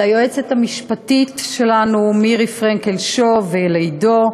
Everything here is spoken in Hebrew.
ליועצת המשפטית שלנו מירי פרנקל-שור ולעידו,